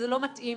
זה מתאים,